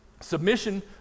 Submission